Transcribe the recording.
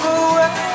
away